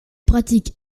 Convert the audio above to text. pratique